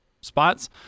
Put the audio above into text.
spots